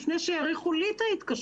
לפני שהאריכו לי את ההתקשרות.